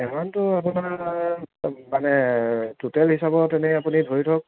এমাউণ্টটো আপোনাৰ মানে টোটেল হিচাপত এনে আপুনি ধৰি থওক